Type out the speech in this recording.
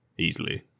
Easily